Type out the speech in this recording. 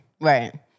Right